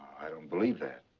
i don't believe that.